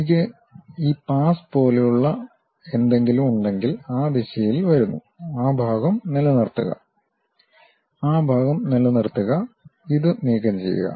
എനിക്ക് ഈ പാസ് പോലുള്ള എന്തെങ്കിലും ഉണ്ടെങ്കിൽ ആ ദിശയിൽ വരുന്നു ആ ഭാഗം നിലനിർത്തുക ആ ഭാഗം നിലനിർത്തുക ഇത് നീക്കംചെയ്യുക